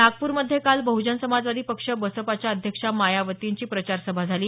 नागपूरमध्ये काल बहजन समाजवादी पक्ष बसपच्या अध्यक्षा मायावतींची प्रचार सभा झाली